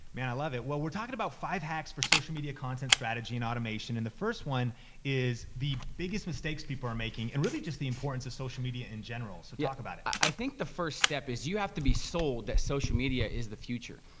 man, i love it. well, we're talkin' about five hacks for social media content strategy and automation, and the first one is the biggest mistakes people are making, and really just the importance of social media in general. so, talk about it. i think the first step is you have to be sold that social media is the future.